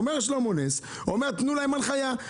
אומר שלמה נס, אומר תנו להם הנחיה.